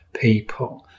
people